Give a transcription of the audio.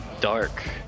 dark